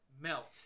melt